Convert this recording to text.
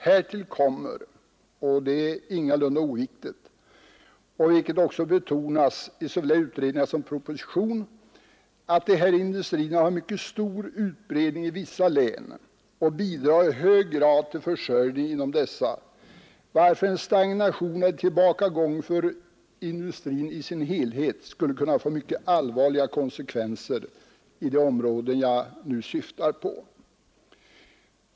Härtill kommer — det är ingalunda oviktigt, något som betonas i såväl utredningar som propositionen — att dessa industrier har en mycket stor utbredning i vissa län och i hög grad bidrar till försörjningen inom dessa, varför en stagnation eller tillbakagång för industrin i sin helhet skulle kunna få mycket allvarliga konsekvenser i de områden jag nu syftar på.